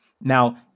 Now